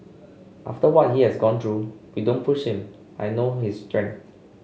after what he has gone through we don't push him I know his strength